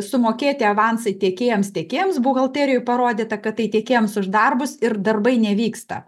sumokėti avansą tiekėjams tiekėjams buhalterijoj parodyta kad tai tiekėjams už darbus ir darbai nevyksta